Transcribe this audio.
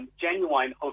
Genuine